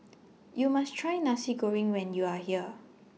YOU must Try Nasi Goreng when YOU Are here